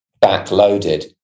back-loaded